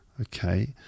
Okay